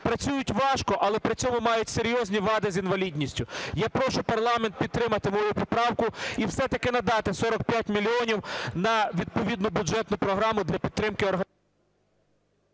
працюють важко, але при цьому мають серйозні вади з інвалідністю. Я прошу парламент підтримати мою поправку і все-таки надати 45 мільйонів на відповідну бюджетну програму для підтримки… ГОЛОВУЮЧИЙ.